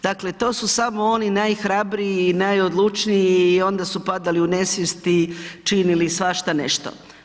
Dakle, to su samo oni najhrabriji i najodlučniji i onda su padali u nesvijest i činili svašta nešto.